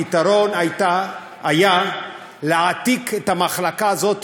הפתרון היה להעתיק את המחלקה הזאת